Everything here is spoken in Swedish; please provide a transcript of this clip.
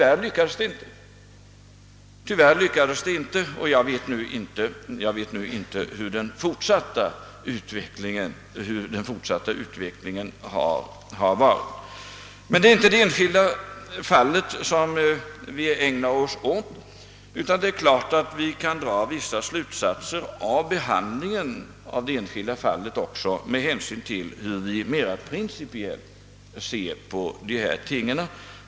Detta lyckades tyvärr inte, och jag vet inte nu hurudan den forisatta utvecklingen har blivit. Men här är det inte de enskilda fallen vi ägnar oss åt. Vi kan givetvis dra vissa slutsatser också av behandlingen av det enskilda fallet med hänsyn till hur vi mera principiellt ser på dessa ting.